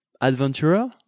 adventurer